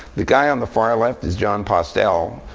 the guy on the far left is jon postel,